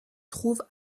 trouve